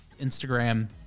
instagram